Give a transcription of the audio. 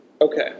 Okay